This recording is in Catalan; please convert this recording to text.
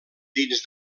dins